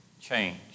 change